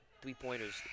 three-pointers